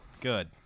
Good